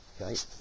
Okay